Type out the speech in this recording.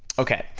okay,